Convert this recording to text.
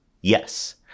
Yes